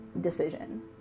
decision